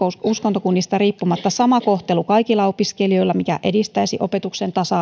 uskontokunnista riippumatta sama kohtelu kaikilla opiskelijoilla mikä edistäisi opetuksen tasa